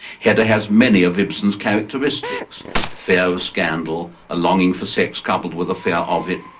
hedda has many of ibsen's characteristics fear of scandal, a longing for sex coupled with a fear of it.